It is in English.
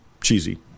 cheesy